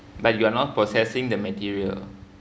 but you're not possessing the material